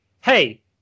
hey